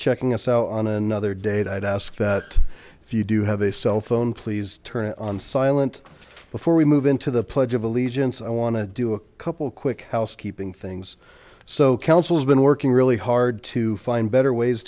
checking us out on another date i'd ask that if you do have a cell phone please turn it on silent before we move into the pledge of allegiance i want to do a couple quick housekeeping things so council's been working really hard to find better ways